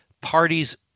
parties